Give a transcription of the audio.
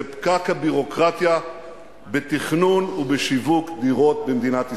זה פקק הביורוקרטיה בתכנון ובשיווק דירות במדינת ישראל.